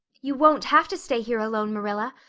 you won't have to stay here alone, marilla.